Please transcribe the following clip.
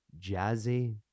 jazzy